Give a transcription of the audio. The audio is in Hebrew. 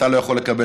אתה לא יכול לקבל,